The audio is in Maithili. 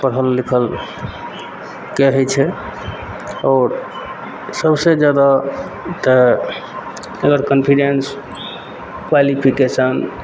पढ़ल लिखल तैं होइ छै आओर सबसँ जादा तऽ अगर कॉन्फिडेन्स क्वालिफिकेशन